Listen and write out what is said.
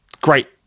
great